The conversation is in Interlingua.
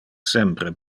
sempre